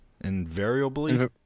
Invariably